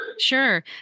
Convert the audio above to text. Sure